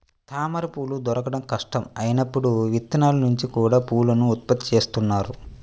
తామరపువ్వులు దొరకడం కష్టం అయినప్పుడు విత్తనాల నుంచి కూడా పువ్వులను ఉత్పత్తి చేస్తున్నారు